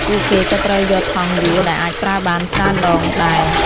ពួកគេក៏ត្រូវយកថង់យួរដែលអាចប្រើបានច្រើនដងដែរ។